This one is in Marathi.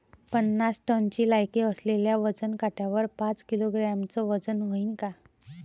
पन्नास टनची लायकी असलेल्या वजन काट्यावर पाच किलोग्रॅमचं वजन व्हईन का?